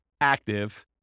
active